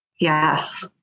Yes